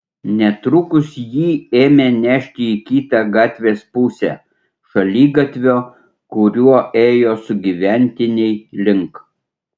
netrukus jį ėmė nešti į kitą gatvės pusę šaligatvio kuriuo ėjo sugyventiniai link